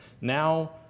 now